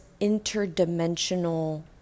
interdimensional